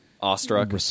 Awestruck